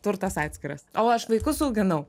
turtas atskiras o aš vaikus auginau